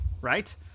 right